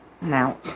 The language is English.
Now